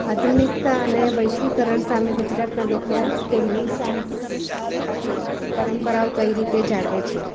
આધુનિકતા અને વૈશ્વિકરણ સામે ગુજરાતના લોકો તેમની સાં સાંસ્કૃતિક પરંપરાઓ કઈ રીતે જાળવે છે